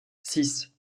six